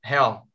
Hell